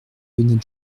honnêtes